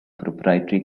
proprietary